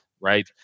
right